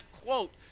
quote